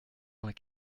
vingt